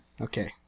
Okay